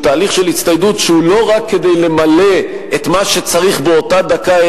שהוא לא רק כדי למלא את מה שצריך באותה דקה,